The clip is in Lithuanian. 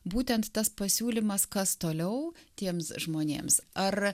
būtent tas pasiūlymas kas toliau tiems žmonėms ar